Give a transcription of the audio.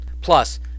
plus